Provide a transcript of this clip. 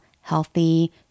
healthy